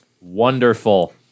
Wonderful